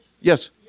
Yes